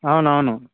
అవునవును